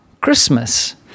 Christmas